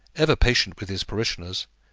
ever patient with his parishioners,